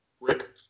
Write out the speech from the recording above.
Rick